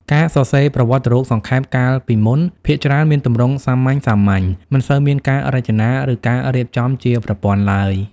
ការសរសេរប្រវត្តិរូបសង្ខេប កាលពីមុនភាគច្រើនមានទម្រង់សាមញ្ញៗ មិនសូវមានការរចនា ឬការរៀបចំជាប្រព័ន្ធឡើយ។